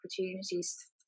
opportunities